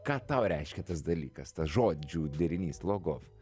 ką tau reiškia tas dalykas tas žodžių derinys logof